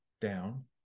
down